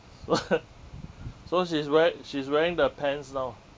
so she's wear~ she's wearing the pants now